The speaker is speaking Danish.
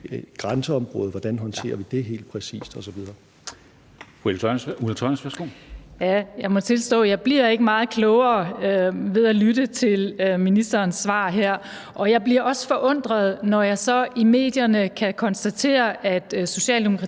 Kristensen): Fru Ulla Tørnæs, værsgo. Kl. 13:32 Ulla Tørnæs (V): Jeg må tilstå, at jeg ikke bliver meget klogere af at lytte til ministerens svar her. Jeg bliver også forundret, når jeg så i medierne kan konstatere, at Socialdemokratiets